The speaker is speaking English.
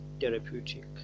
therapeutic